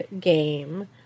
game